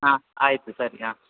ಹಾಂ ಆಯಿತು ಸರಿ ಹಾಂ